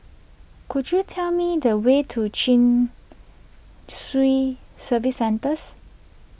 could you tell me the way to Chin Swee Service Centres